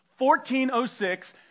1406